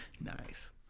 nice